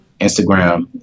Instagram